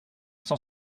cent